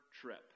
trip